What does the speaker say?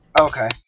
Okay